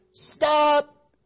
Stop